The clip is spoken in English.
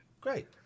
Great